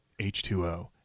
H2O